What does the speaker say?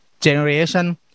generation